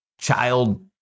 child